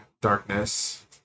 darkness